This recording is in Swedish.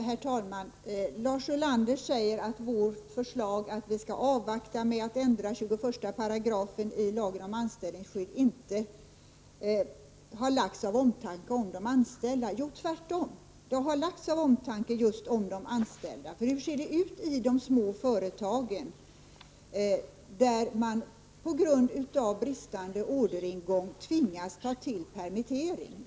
Herr talman! Lars Ulander säger att vårt förslag att vi skall avvakta med att ändra 21 § i lagen om anställningsskydd inte har lagts fram av omtanke om de anställda. Jo, det är av omtanke om just de anställda som vi har lagt fram detta förslag. Hur ser det ut i de små företagen när de på grund av bristande orderingång tvingas ta till permittering?